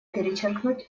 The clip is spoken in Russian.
перечеркнуть